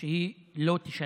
חוק ההסדרים,